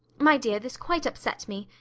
my dear, this quite upset me,